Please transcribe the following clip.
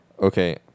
Okay